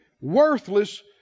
Worthless